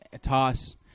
toss